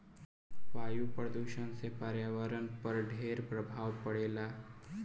वायु प्रदूषण से पर्यावरण पर ढेर प्रभाव पड़ेला